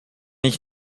ich